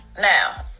Now